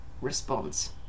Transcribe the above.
response